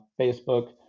Facebook